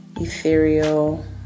ethereal